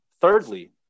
thirdly